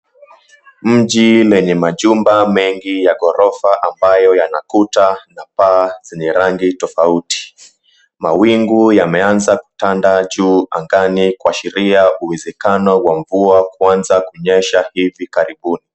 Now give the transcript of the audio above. Mji lenye majumba mengi ya ghorofa ambayo yana kuta na paa zenye rangi tofauti. Mawingu yameanza kutanda juu angani kuashiria uwezekano wa mvua kuanza kunyesha hivi karibuni.